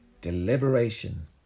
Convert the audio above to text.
deliberation